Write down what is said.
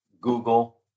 Google